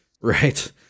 Right